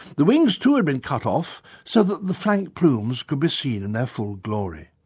the wings too had been cut off so that the flank plumes could be seen in their full glory.